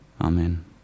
Amen